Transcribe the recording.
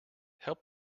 help